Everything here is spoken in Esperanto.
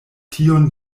tiun